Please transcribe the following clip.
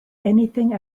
anything